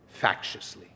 factiously